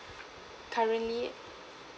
currently